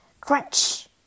Crunch